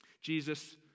Jesus